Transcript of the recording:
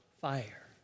fire